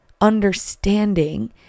understanding